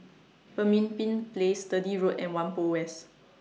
Pemimpin Place Sturdee Road and Whampoa West